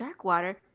Darkwater